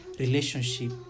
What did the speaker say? relationship